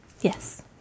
Yes